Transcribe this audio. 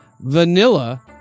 vanilla